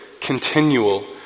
continual